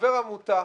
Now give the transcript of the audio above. חבר עמותה,